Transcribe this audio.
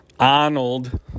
Arnold